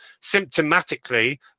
symptomatically